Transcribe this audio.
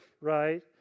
right